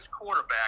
quarterback